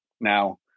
Now